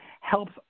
helps